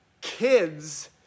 kids